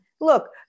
Look